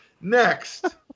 Next